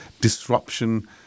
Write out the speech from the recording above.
disruption